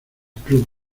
club